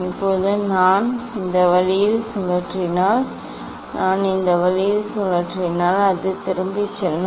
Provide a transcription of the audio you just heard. இப்போது நான் இந்த வழியில் சுழற்றினால் நான் இந்த வழியில் சுழற்றினால் அது திரும்பிச் செல்லும்